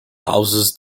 houses